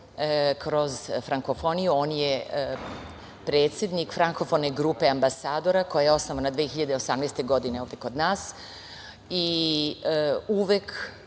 kroz Frankofoniju. On je predsednik Frankofone grupe ambasadora, koja je osnovana 2018. godine ovde kod nas. I uvek